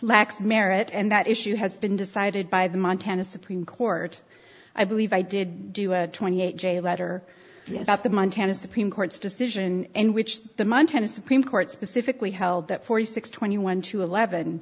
lacks merit and that issue has been decided by the montana supreme court i believe i did do a twenty eight j letter about the montana supreme court's decision in which the montana supreme court specifically held that forty six twenty one to eleven